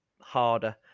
harder